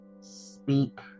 speak